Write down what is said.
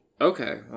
Okay